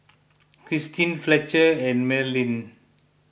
Christine Fletcher and Marilynn